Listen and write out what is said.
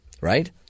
right